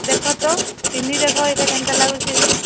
ଦେଖ ତ ପିନ୍ଧି ଦେଖ ଏଇଟା କେନ୍ତା ଲାଗୁଛି ଯେ